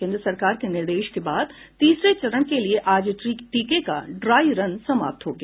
केन्द्र सरकार के निर्देश के बाद तीसरे चरण के लिए आज टीके का ड्राई रन किया गया